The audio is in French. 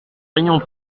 réunion